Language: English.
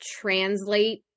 translate